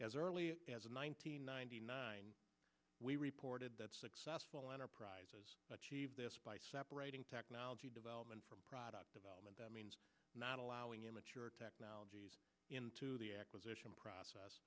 as early as nine hundred ninety nine we reported that successful enterprises achieve this by separating technology development from product development that means not allowing immature technologies into the acquisition process